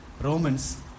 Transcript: Romans